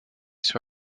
sur